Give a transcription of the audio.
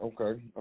okay